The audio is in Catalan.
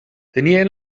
tenien